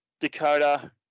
Dakota